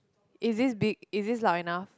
is is big is is loud enough